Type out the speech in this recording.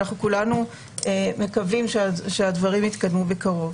אנחנו כולנו מקווים שהדברים יתקדמו בקרוב.